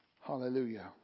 Hallelujah